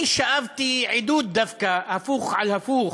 אני שאבתי עדות דווקא, הפוך על הפוך,